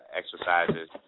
exercises